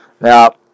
Now